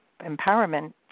empowerment